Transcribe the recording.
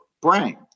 brain